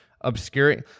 obscuring